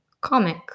comic